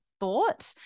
thought